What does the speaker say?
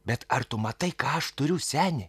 bet ar tu matai ką aš turiu seni